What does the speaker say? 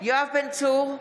יואב בן צור,